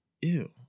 ew